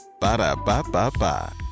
Ba-da-ba-ba-ba